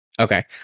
Okay